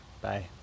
Bye